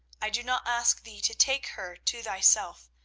i do not ask thee to take her to thyself,